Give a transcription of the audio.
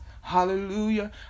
hallelujah